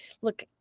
look